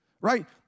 Right